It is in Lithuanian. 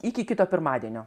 iki kito pirmadienio